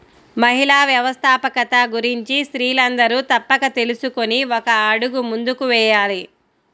మహిళా వ్యవస్థాపకత గురించి స్త్రీలందరూ తప్పక తెలుసుకొని ఒక అడుగు ముందుకు వేయాలి